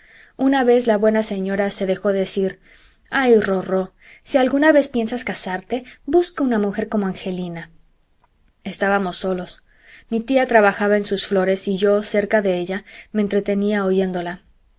una vez la buena señora se dejó decir ay rorró si alguna vez piensas casarte busca una mujer como angelina estábamos solos mi tía trabajaba en sus flores y yo cerca de ella me entretenía oyéndola